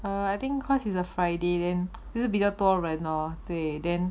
I think cause it's a friday then 就是比较多人 lor 对 then